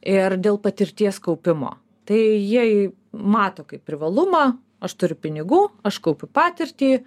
ir dėl patirties kaupimo tai jie mato kaip privalumą aš turiu pinigų aš kaupiu patirtį